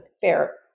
fair